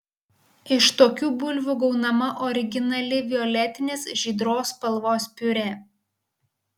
iš tokių bulvių gaunama originali violetinės žydros spalvos piurė